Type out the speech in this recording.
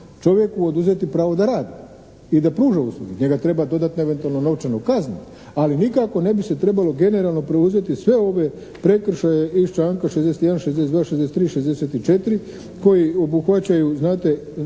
čovjeku oduzeti pravo da radi i da pruža usluge. Njega treba eventualno novčano kazniti ali nikako ne bi se trebalo generalno preuzeti sve ove prekršaje iz članka 61., 62., 63. i 64. koji obuhvaćaju znate